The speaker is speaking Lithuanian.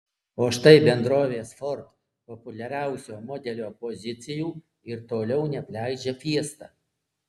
o štai bendrovės ford populiariausio modelio pozicijų ir toliau neapleidžia fiesta